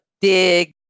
big